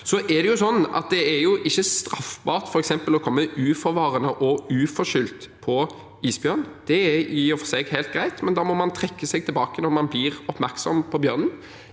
Stortinget i dag. Det er ikke straffbart f.eks. å komme uforvarende og uforskyldt på isbjørn. Det er i og for seg helt greit, men da må man trekke seg tilbake når man blir oppmerksom på bjørnen.